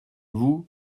vous